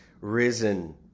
risen